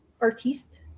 artiste